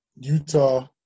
Utah